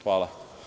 Hvala.